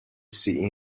seen